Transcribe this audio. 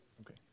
Okay